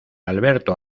alberto